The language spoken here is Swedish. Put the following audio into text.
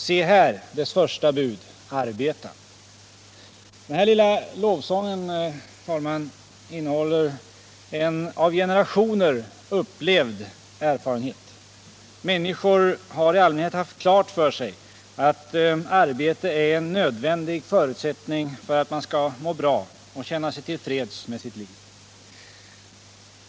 Se här dess första bud: Arbeta!” Den lilla lovsången till arbetet innehåller en av generationer upplevd erfarenhet. Människor har i allmänhet haft klart för sig, att arbete är en nödvändig förutsättning för att man skall må bra och känna sig till freds med sitt liv.